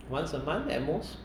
once a month at most